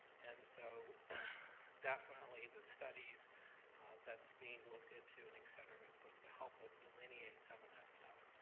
and so definitely the studies that's being looked into and etc. is supposed to help us delineate some of that stuff,